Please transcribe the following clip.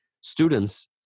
students